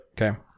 Okay